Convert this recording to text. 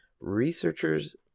Researchers